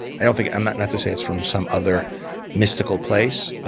i don't think um not not to say it's from some other mystical place,